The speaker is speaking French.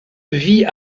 vit